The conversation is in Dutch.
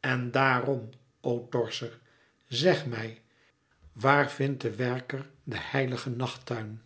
en daarom o torser zeg mij waar vindt de werker den heiligen nachttuin